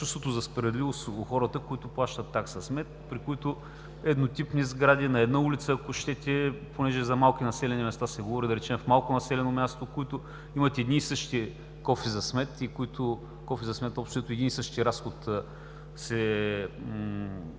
чувството за справедливост у хората, които плащат такса смет, при които еднотипни сгради, на една улица, ако щете, понеже за малки населени места се говори, да речем, в малко населено място, които имат едни и същи кофи за смет и общо взето един и същи разход се